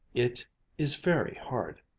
it is very hard,